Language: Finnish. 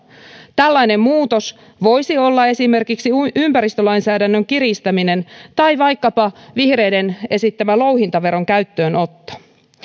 tällainen muutos voisi olla esimerkiksi ympäristölainsäädännön kiristäminen tai vaikkapa vihreiden esittämä louhintaveron käyttöönotto